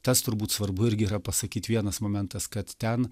tas turbūt svarbu irgi yra pasakyt vienas momentas kad ten